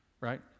right